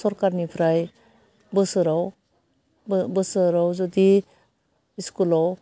सरकारनिफ्राय बोसोराव बो बोसोराव जुदि स्कुलाव